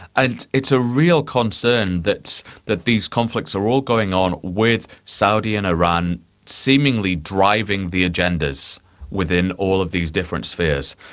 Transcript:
and it's a real concern that that these conflicts are all going on with saudi and iran seemingly driving the agendas within all of these different spheres.